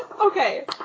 okay